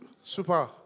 super